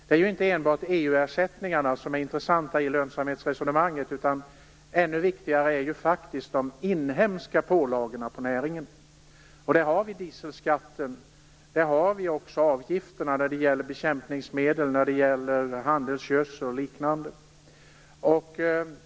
Det är ju inte enbart EU-ersättningarna som är intressanta i lönsamhetsresonemanget, utan de inhemska pålagorna på näringen är faktiskt ännu viktigare. Till dessa hör dieselskatten och avgifterna på bekämpningsmedel, handelsgödsel och liknande.